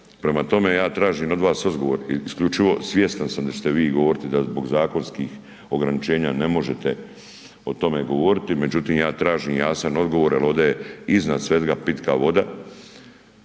Prema tome, ja tražim od vas odgovor, isključivo svjestan sam da ćete vi govoriti da zbog zakonskih ograničenja ne možete o tome govoriti, međutim ja tražim jasan odgovor jel ovdje je iznad svega pitka voda